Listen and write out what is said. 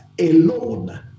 alone